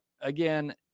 again